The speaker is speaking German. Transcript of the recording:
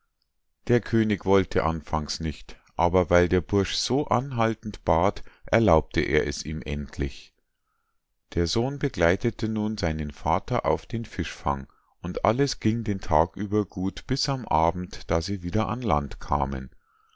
der könig wollte anfangs nicht aber weil der bursch so anhaltend bat erlaubte er es ihm endlich der sohn begleitete nun seinen vater auf den fischfang und alles ging den tag über gut bis am abend da sie wieder ans land kamen